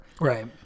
Right